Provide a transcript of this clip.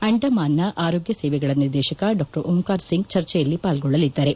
ಅಂಡಮಾನ್ನ ಆರೋಗ್ನ ಸೇವೆಗಳ ನಿರ್ದೇಶಕ ಡಾ ಓಂಕಾರ ಸಿಂಗ್ ಚರ್ಚೆಯಲ್ಲಿ ಪಾಲ್ಗೊಳ್ಳಲಿದ್ದಾರೆ